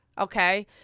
Okay